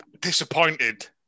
disappointed